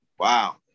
Wow